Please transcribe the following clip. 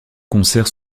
concerts